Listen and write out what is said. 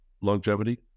longevity